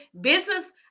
business